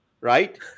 right